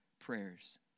prayers